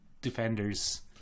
Defenders